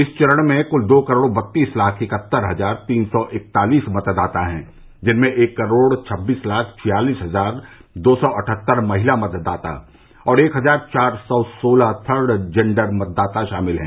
इस चरण में क्ल दो करोड़ बत्तीस लाख इकहत्तर हजार तीन सौ इकतालीस मतदाता है जिनमें एक करोड़ छबीस लाख छियालीस हजार दो सौ अट्ठहत्तर महिला मतदाता और एक हजार चार सौ सोलह थर्ड जेन्डर मतदाता शामिल हैं